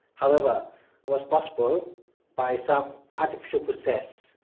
however it was possible by some artificial process,